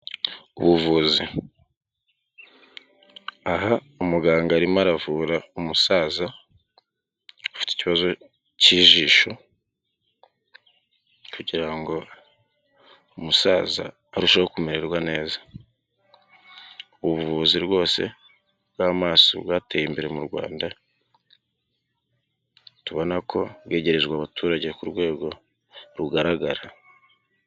Ubuvuzi aha umuganga arimo aravura umusaza ufite ikibazo k'ijisho kugira ngo umusaza arusheho kumererwa neza. Ubuvuzi rwose bw'amaso bwateye imbere mu Rwanda tubona ko bwegerejwe abaturage ku rwego rugaragara.